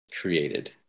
created